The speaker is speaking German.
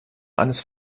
eines